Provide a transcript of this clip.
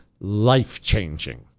life-changing